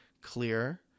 clear